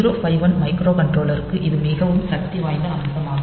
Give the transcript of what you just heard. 8051 மைக்ரோகண்ட்ரோலருக்கு இது மிகவும் சக்திவாய்ந்த அம்சமாகும்